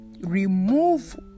remove